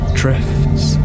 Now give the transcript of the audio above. drifts